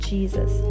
Jesus